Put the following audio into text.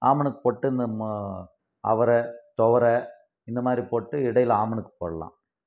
ஆமணக்கு போட்டு நம்ம அவரை துவர இந்த மாதிரி போட்டு இடையில் ஆமணக்கு போடலாம்